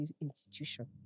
institution